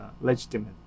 legitimate